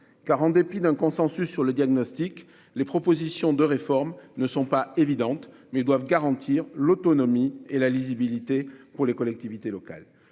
car, en dépit d'un consensus sur le diagnostic, les propositions de réformes, qui doivent garantir l'autonomie et la lisibilité pour les collectivités locales,